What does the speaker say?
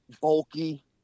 bulky